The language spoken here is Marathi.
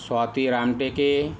स्वाती रामटेके